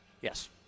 Yes